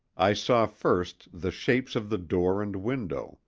i saw first the shapes of the door and window,